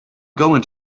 going